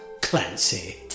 Clancy